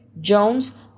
Jones